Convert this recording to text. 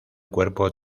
cuerpo